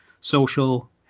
social